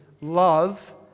love